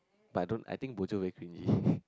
but I don't I think bo jio very cringy